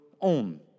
own